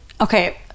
Okay